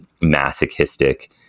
masochistic